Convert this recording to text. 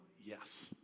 Yes